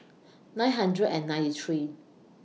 nine hundred and ninety three